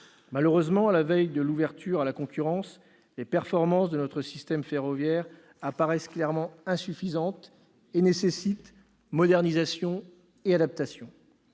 Malheureusement, à la veille de l'ouverture à la concurrence, les performances de notre système ferroviaire apparaissent clairement insuffisantes et nécessitent modernisation et adaptation.